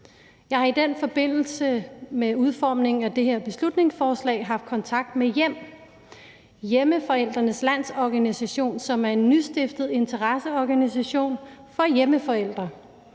Jeg har i forbindelse med udformningen af det her beslutningsforslag haft kontakt med Hjem – Hjemmeforældrenes Landsorganisation, som er en nystiftet interesseorganisation for hjemmeforældre,